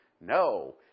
No